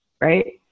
right